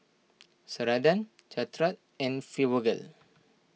Ceradan Caltrate and Fibogel